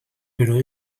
però